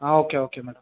ಹಾಂ okay okay madam